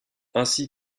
ainsi